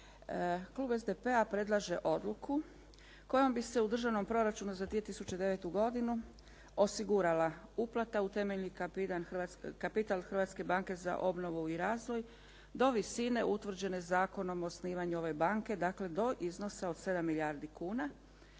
Klub SDP-a predlaže odluku koja bi se u državnom proračunu za 2009. osigurala uplata u temeljni kapital Hrvatske banke za obnovu i razvoj, do visine utvrđene zakonom o osnivanju ove banke, dakle do iznosa od 7 milijardi kuna,